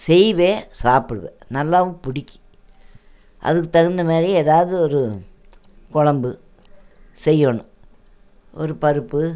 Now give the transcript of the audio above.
செய்வேன் சாப்பிடுவேன் நல்லாவும் பிடிக்கும் அதுக்கு தகுந்த மாதிரி எதாவது ஒரு குழம்பு செய்யணும் ஒரு பருப்பு